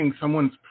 someone's